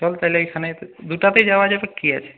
চল থালে এখানে দুটোতেই যাওয়া যাবে কী আছে